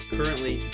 Currently